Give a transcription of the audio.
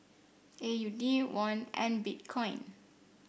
A U D Won and Bitcoin